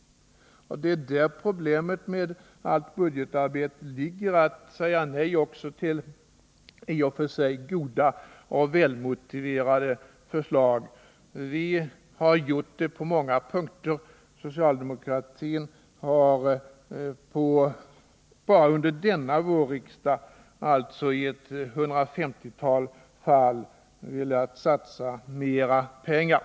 Det är där problemet med budgetarbetet ligger, nämligen att kunna säga nej också till i och för sig goda och välmotiverade förslag. Vi har gjort detta på många punkter. Socialdemokratin har bara under denna vårriksdag i ett 150-tal fall velat satsa mer pengar.